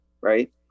Right